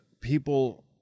people